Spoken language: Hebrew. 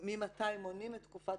וממתי מונים אותה.